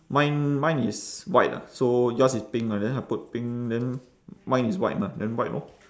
mine mine is white ah so yours is pink ah then I put pink then mine is white lah then white lor